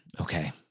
Okay